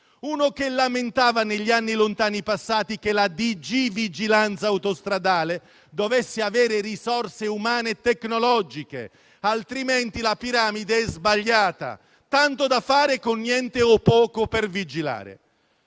uno che lamentava negli anni lontani e passati che la Direzione generale per la vigilanza autostradale dovesse avere risorse umane e tecnologiche, altrimenti la piramide è sbagliata, tanto da fare con niente o poco per vigilare.